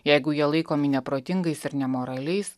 jeigu jie laikomi neprotingais ir nemoraliais